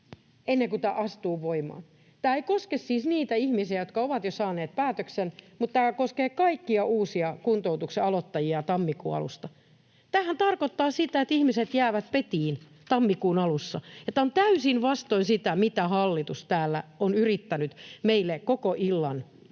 ennen kuin tämä astuu voimaan. Tämä ei koske siis niitä ihmisiä, jotka ovat jo saaneet päätöksen, mutta tämä koskee kaikkia uusia kuntoutuksen aloittajia tammikuun alusta. Tämähän tarkoittaa sitä, että ihmiset jäävät petiin tammikuun alussa, ja tämä on täysin vastoin sitä, mitä hallitus täällä on yrittänyt meille koko illan